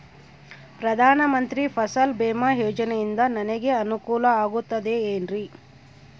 ಪ್ರಧಾನ ಮಂತ್ರಿ ಫಸಲ್ ಭೇಮಾ ಯೋಜನೆಯಿಂದ ನನಗೆ ಅನುಕೂಲ ಆಗುತ್ತದೆ ಎನ್ರಿ?